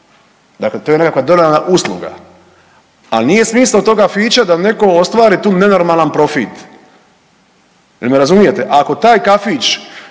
dakle to je neka dodana usluga, a nije smisao tog kafića da netko ostvari tu nenormalan profit, jel me razumijete. Ako taj kafić